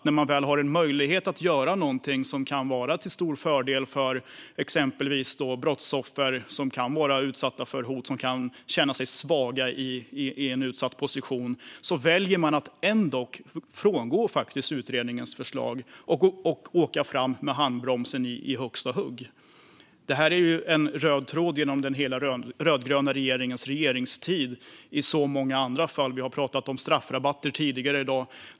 När man väl har en möjlighet att göra något som kan vara till stor fördel för exempelvis brottsoffer, som kan vara utsatta för hot och känna sig svaga i en utsatt position, väljer man ändock att frångå utredningens förslag och köra med handbromsen i högsta hugg. Det här är en röd tråd i många andra fall genom hela den rödgröna regeringens regeringstid. Vi har pratat om straffrabatter tidigare i dag.